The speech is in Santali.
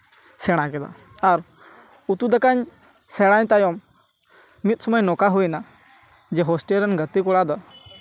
ᱥᱮᱬᱟ ᱠᱮᱫᱟ ᱟᱨ ᱩᱛᱩᱼᱫᱟᱠᱟᱧ ᱥᱮᱬᱟᱭ ᱛᱟᱭᱚᱢ ᱢᱤᱫ ᱥᱚᱢᱚᱭ ᱱᱚᱝᱠᱟ ᱦᱩᱭᱮᱱᱟ ᱡᱮ ᱦᱳᱥᱴᱮᱞ ᱨᱮᱱ ᱜᱟᱛᱮ ᱠᱚᱲᱟ ᱫᱚ